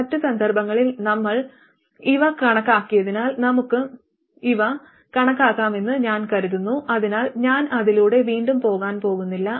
മറ്റ് സന്ദർഭങ്ങളിൽ നമ്മൾ ഇവ കണക്കാക്കിയതിനാൽ നമുക്ക് ഇവ കണക്കാക്കാമെന്ന് ഞാൻ കരുതുന്നു അതിനാൽ ഞാൻ അതിലൂടെ വീണ്ടും പോകാൻ പോകുന്നില്ല